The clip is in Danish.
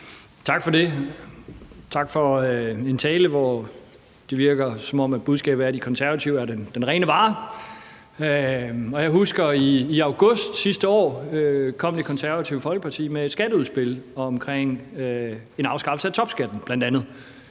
Tak for det, og tak for en tale, hvor det virker, som om budskabet er, at De Konservative er den rene vare. Og jeg husker, at vi i august sidste år oplevede, at Konservative kom med et skatteudspil omkring en afskaffelse af topskatten, bl.a. Det